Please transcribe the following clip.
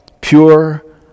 pure